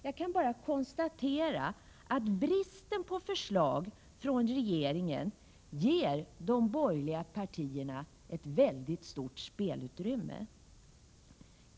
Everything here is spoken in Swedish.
Jag kan bara konstatera att bristen på förslag från regeringen ger de borgerliga partierna ett väldigt stort spelutrymme.